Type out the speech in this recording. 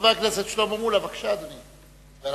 חבר הכנסת שלמה מולה, בבקשה, אדוני.